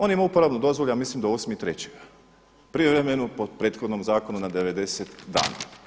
On ima uporabnu dozvolu ja mislim do 8.3. privremenu po prethodnom zakonu na 90 dana.